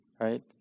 right